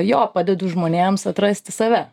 jo padedu žmonėms atrasti save